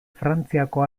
frantziako